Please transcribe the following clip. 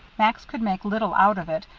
max could make little out of it,